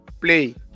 play